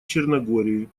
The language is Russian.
черногории